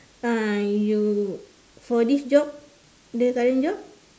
uh you for this job the current job